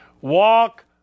Walk